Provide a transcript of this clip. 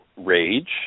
rage